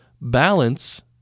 Balance